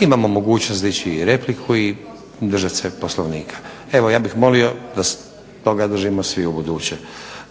Imamo mogućnosti dići i repliku i držat se Poslovnika. Evo ja bih molio da se toga držimo svi ubuduće.